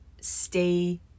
stay